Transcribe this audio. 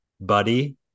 Buddy